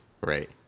right